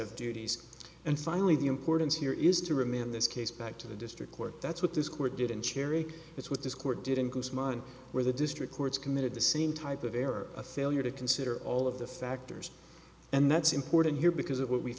of duties and finally the importance here is to remand this case back to the district court that's what this court did in cherry that's what this court did in close mine where the district courts committed the same type of error a failure to consider all of the factors and that's important here because of what we